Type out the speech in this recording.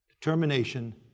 determination